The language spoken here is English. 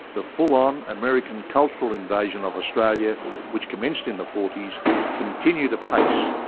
the full-on american cultural invasion of australia which commenced in the forty s continued apace,